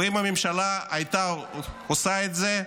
ואם הממשלה הייתה עושה את זה,